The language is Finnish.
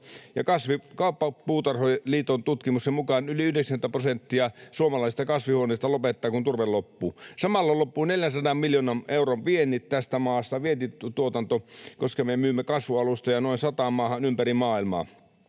ja Kauttapuutarhaliiton tutkimuksen mukaan yli 90 prosenttia suomalaisista kasvihuoneista lopettaa, kun turve loppuu. Samalla loppuu 400 miljoonan euron vientituotanto tästä maasta, koska me myymme kasvualustoja noin sataan maahan ympäri maailmaa,